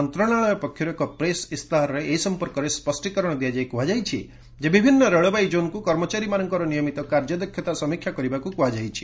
ମନ୍ତ୍ରଣାଳୟ ପକ୍ଷରୁ ଏକ ପ୍ରେସ୍ ଇସ୍ତାହାରରେ ଏ ସଂପର୍କରେ ସ୍ୱଷ୍ଟିକରଣ ଦିଆଯାଇ କୁହାଯାଇଛି ଯେ ବିଭିନ୍ନ ରେଳବାଇ ଜୋନ୍କୁ କର୍ମଚାରୀମାନଙ୍କର ନିୟମିତ କାର୍ଯ୍ୟଦକ୍ଷତା ସମୀକ୍ଷା କରିବାକୁ କୁହାଯାଇଛି